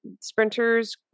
sprinters